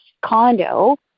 condo